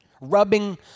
Rubbing